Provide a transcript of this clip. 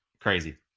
Crazy